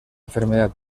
enfermedad